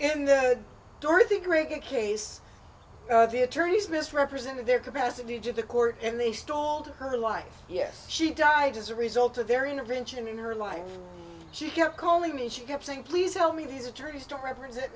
cricket case the attorneys misrepresented their capacity to the court and they stalled her life yes she died as a result of their intervention in her life she kept calling me she kept saying please tell me these attorneys don't represent